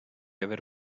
aver